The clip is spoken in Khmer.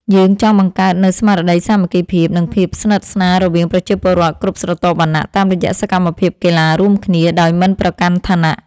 យើងចង់បង្កើតនូវស្មារតីសាមគ្គីភាព និងភាពស្និទ្ធស្នាលរវាងប្រជាពលរដ្ឋគ្រប់ស្រទាប់វណ្ណៈតាមរយៈសកម្មភាពកីឡារួមគ្នាដោយមិនប្រកាន់ឋានៈ។